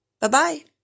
Bye-bye